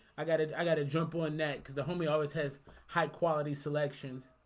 i got it. i got a jump on net because the homie always has high quality selections